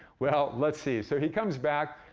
well, let's see, so he comes back,